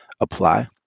apply